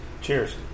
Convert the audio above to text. Cheers